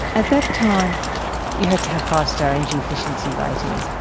at that time you had to have five star energy efficiency ratings.